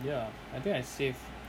ya I think I save